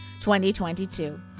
2022